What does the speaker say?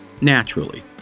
naturally